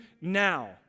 now